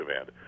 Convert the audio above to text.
end